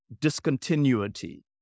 discontinuity